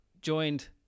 joined